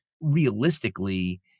realistically